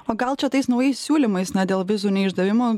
o gal čia tais naujais siūlymais na dėl vizų neišdavimo